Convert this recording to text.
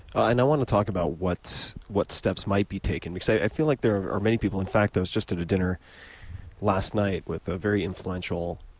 i want to talk about what's what's steps might be taken because i feel like there are many people in fact i was just at a dinner last night with a very influential